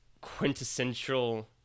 quintessential